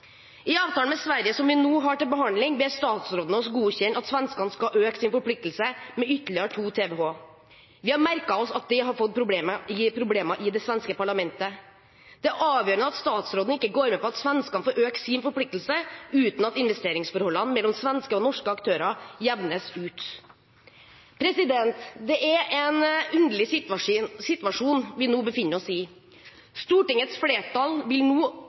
I avtalen med Sverige som vi nå har til behandling, ber statsråden oss godkjenne at svenskene skal øke sin forpliktelse med ytterligere 2 TWh. Vi har merket oss at det gir problemer i det svenske parlamentet. Det er avgjørende at statsråden ikke går med på at svenskene får økt sin forpliktelse uten at investeringsforholdene mellom svenske og norske aktører jevnes ut. Det er en underlig situasjon vi nå befinner oss i. Stortingets flertall vil nå